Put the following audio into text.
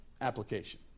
Application